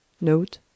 Note